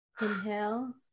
inhale